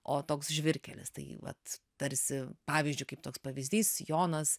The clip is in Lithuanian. o toks žvyrkelis tai vat tarsi pavyzdžiui kaip toks pavyzdys jonas